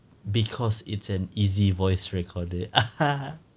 cause it's an easy voice recorder (uh huh)